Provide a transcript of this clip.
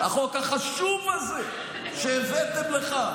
החוק החשוב הזה שהבאתם לכאן.